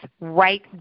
right